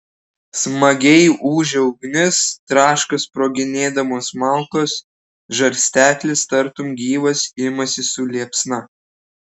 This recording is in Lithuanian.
smagiai ūžia ugnis traška sproginėdamos malkos žarsteklis tartum gyvas imasi su liepsna